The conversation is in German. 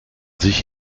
sich